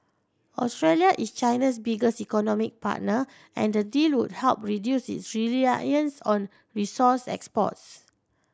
Australia is China's biggest economic partner and the deal would help reduce its reliance on resource exports